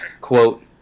quote